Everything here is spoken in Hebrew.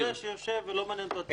או זה שיושב ולא מעניין אותו הציבור?